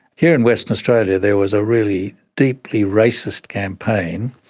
here in western australia there was a really deeply racist campaign,